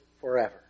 forever